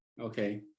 Okay